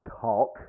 Talk